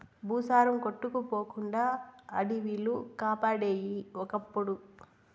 భూసారం కొట్టుకుపోకుండా అడివిలు కాపాడేయి ఒకప్పుడు